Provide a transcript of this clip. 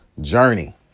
journey